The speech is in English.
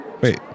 Wait